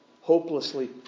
Hopelessly